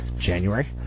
January